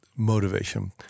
motivation